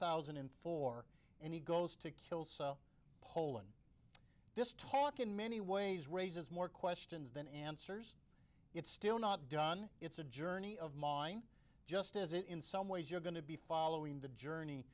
thousand and four and he goes to kills poland this talk in many ways raises more questions that it's still not done it's a journey of mine just as it in some ways you're going to be following the journey